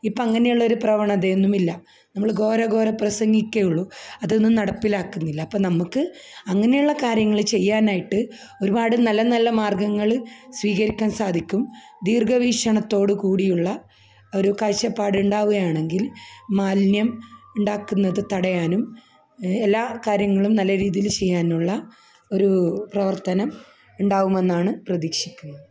ഇപ്പോള് അങ്ങനയുള്ളൊരു പ്രവണതയൊന്നുമില്ല നമ്മള് ഘോര ഘോര പ്രസംഗിക്കേയുള്ളു അതൊന്നും നടപ്പിലാക്കുന്നില്ല അപ്പോള് നമുക്ക് അങ്ങനെയുള്ള കാര്യങ്ങള് ചെയ്യാനായിട്ട് ഒരുപാട് നല്ല നല്ല മാർഗ്ഗങ്ങള് സ്വീകരിക്കാൻ സാധിക്കും ദീർഘവീക്ഷണത്തോടുകൂടിയുള്ള ഒരു കാഴ്ച്ചപ്പാടുണ്ടാവുകയാണെങ്കിൽ മാലിന്യം ഉണ്ടാക്കുന്നതു തടയാനും എല്ലാ കാര്യങ്ങളും നല്ല രീതിയില് ചെയ്യാനുള്ള ഒരൂ പ്രവർത്തനം ഇണ്ടാകുമെന്നാണ് പ്രതീക്ഷിക്കുന്നത്